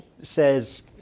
says